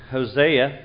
Hosea